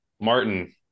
Martin